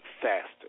faster